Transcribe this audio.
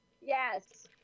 Yes